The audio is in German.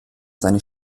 seines